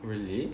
really